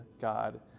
God